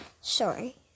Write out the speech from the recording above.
Sorry